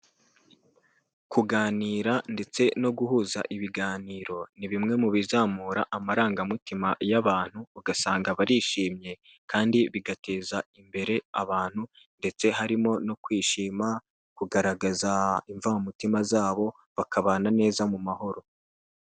Kuganira ndetse no guhuza ibiganiro, ni bimwe mu bizamura amarangamutima y'abantu ugasanga barishimye kandi bigateza imbere abantu ndetse harimo no kwishima, kugaragaza imvamutima zabo bakabana neza mu mahoro.